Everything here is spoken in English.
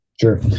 Sure